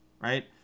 right